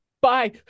bye